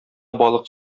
балык